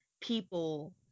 people